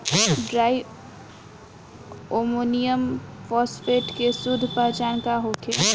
Di ammonium phosphate के शुद्ध पहचान का होखे?